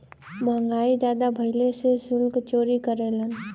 महंगाई जादा भइले से सुल्क चोरी करेलन